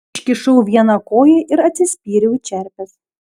iškišau vieną koją ir atsispyriau į čerpes